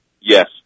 Yes